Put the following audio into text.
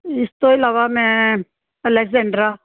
ਇਸ ਤੋਂ ਇਲਾਵਾ ਮੈਂ ਅਲੈਗਜੈਂਡਰਾ